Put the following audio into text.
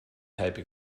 type